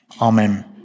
Amen